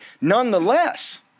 Nonetheless